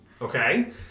Okay